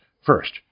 First